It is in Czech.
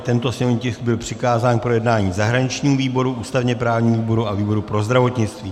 Tento sněmovní tisk byl přikázán k projednání zahraničnímu výboru, ústavněprávnímu výboru a výboru pro zdravotnictví.